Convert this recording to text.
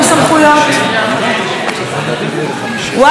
ואללה יופי.